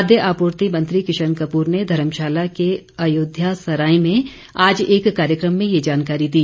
खाद्य आपूर्ति मंत्री किशन कपूर ने धर्मशाला के अयोध्या सराएं में आज एक कार्यक्रम में ये जानकारी दी